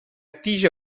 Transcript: tija